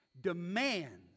demands